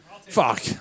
Fuck